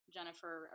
Jennifer